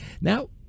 now